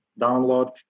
download